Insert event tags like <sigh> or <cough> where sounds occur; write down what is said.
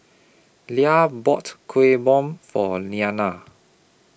Lia bought Kuih Bom For <unintelligible>